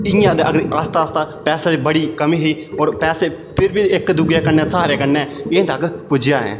इ'यां गै अगर आस्तै आस्तै पैसे दी बड़ी कमी ही होर पैसे फिर बी इक दूऐ दे कन्नै स्हारे कन्नै इ'त्थें तगर पुज्जेआ ऐ